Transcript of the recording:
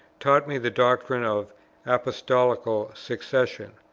taught me the doctrine of apostolical succession,